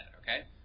okay